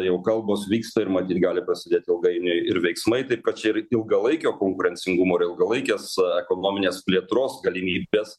jau kalbos vyksta ir matyt gali prasidėt ilgainiui ir veiksmai tai kad čia yra ilgalaikio konkurencingumo ir ilgalaikės ekonominės plėtros galimybės